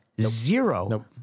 zero